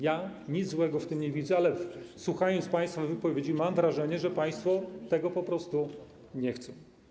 Ja nic złego w tym nie widzę, ale słuchając państwa wypowiedzi, mam wrażenie, że państwo tego po prostu nie chcą.